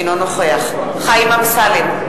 אינו נוכח חיים אמסלם,